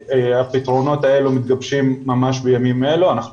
הפתרונות האלו מתגבשים ממש בימים אלה ואנחנו